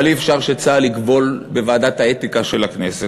אבל כנראה אי-אפשר שצה"ל יקבול בוועדת האתיקה של הכנסת,